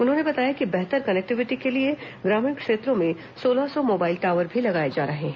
उन्होंने बताया कि बेहतर कनेक्टिविटी के लिए ग्रामीण क्षेत्रों में सोलह सौ मोबाइल टॉवर भी लगाए जा रहे हैं